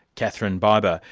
katherine biber,